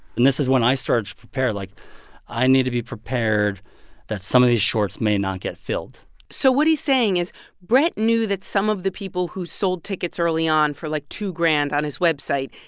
and this is when i started to prepare. like i need to be prepared that some of these shorts may not get filled so what he's saying is brett knew that some of the people who sold tickets early on for like two grand on his website,